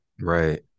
right